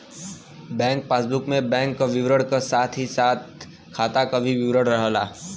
bank passbook में bank क विवरण क साथ ही खाता क भी विवरण रहला